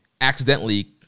accidentally